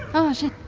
oh shit.